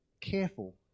careful